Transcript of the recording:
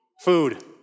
food